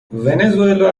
ونزوئلا